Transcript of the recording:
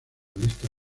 lista